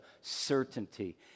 certainty